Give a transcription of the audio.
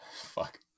Fuck